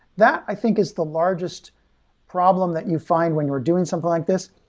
that, i think, is the largest problem that you find when you're doing something like this.